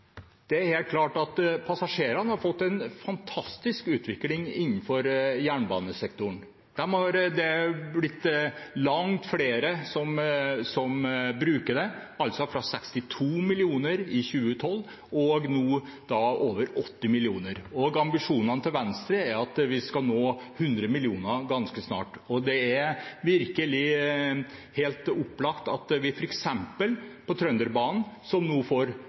Det er helt klart at passasjerene har fått en fantastisk utvikling innenfor jernbanesektoren. Det er blitt langt flere som bruker den, altså 62 millioner i 2012 og nå over 80 millioner. Ambisjonene til Venstre er at vi skal nå 100 millioner ganske snart. Det er virkelig helt opplagt at vi f.eks. på Trønderbanen, som får